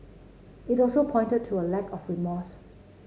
it also pointed to a lack of remorse